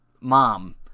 mom